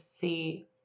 see